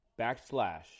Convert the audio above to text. backslash